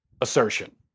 assertion